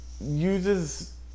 uses